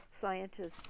Scientists